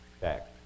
back